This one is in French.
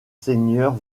seigneurs